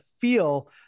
feel